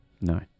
No